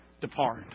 depart